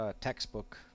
textbook